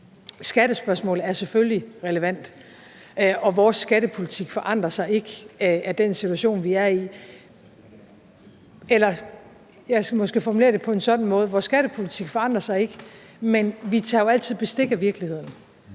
Skattespørgsmål er selvfølgelig relevante, og vores skattepolitik forandrer sig ikke af den situation, vi er i. Jeg skal måske formulere det på en anden måde: Vores skattepolitik forandrer sig ikke, men vi tager jo altid bestik af virkeligheden,